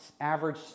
average